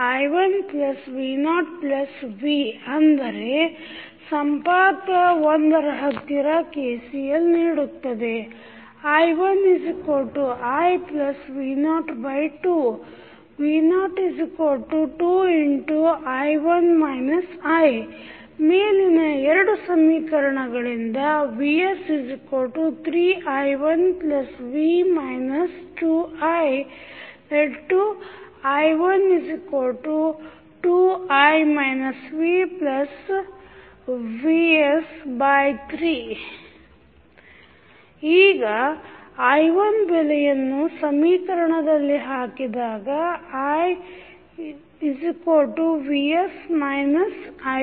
vsi1v0v ಆದರೆ ಸಂಪಾತ1ರ ಹತ್ತಿರ KCL ನೀಡುತ್ತದೆ i1iv02 v02 ಮೇಲಿನ 2 ಸಮೀಕರಣಗಳಿಂದ vs3i1v 2i→i12i vvs3 ಈಗ i1ಬೆಲೆಯನ್ನು ಸಮೀಕರಣದಲ್ಲಿ ಹಾಕಿದಾಗivs i1